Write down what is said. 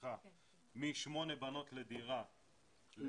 לבקשתך משמונה בנות לדירה --- מ-12,